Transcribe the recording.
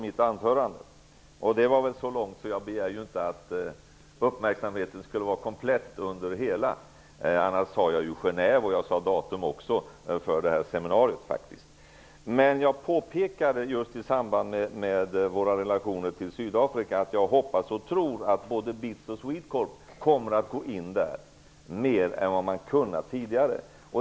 Mitt anförande var så långt att jag inte kunde begära komplett uppmärksamhet under hela anförandet. Jag nämnde Genève, och jag nämnde faktiskt också ett datum för seminariet. Jag påpekade också apropå våra relationer till Sydafrika att jag hoppas och tror att både BITS och Swedecorp kommer att gå in där mer än vad de har kunnat tidigare.